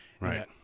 Right